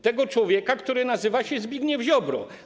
Tego człowieka, który nazywa się Zbigniew Ziobro.